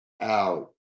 out